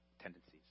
tendencies